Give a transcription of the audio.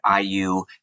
IU